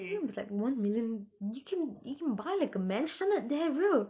I know it's like one million you can you can buy like a maisonette there bro